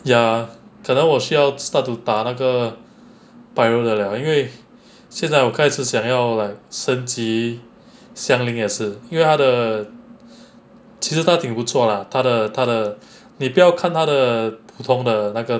ya 可能我需要 start to 打那个 pyro 的了因为现在我开始想要来升级 xiang ling 也是因为它的其实他挺不错的他的他的你不要看他的普通的那个他的 attack